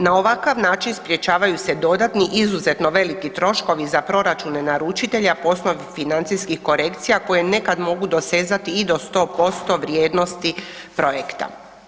Na ovakav način sprječavaju se dodatni izuzetno veliki troškovi za proračune naručitelja poslovnih financijskih korekcija koje nekad mogu dosezati i do 100% vrijednosti projekta.